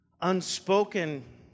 unspoken